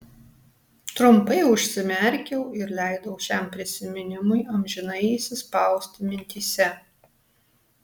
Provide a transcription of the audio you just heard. trumpai užsimerkiau ir leidau šiam prisiminimui amžinai įsispausti mintyse